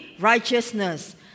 Righteousness